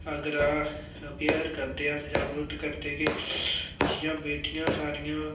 अगर अपेयर करदे अस जां ग्रोथ करदे कि जियां बेटियां सढ़ियां